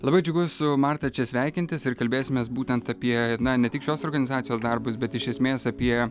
labai džiugu su marta čia sveikintis ir kalbėsimės būtent apie na ne tik šios organizacijos darbus bet iš esmės apie